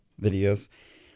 videos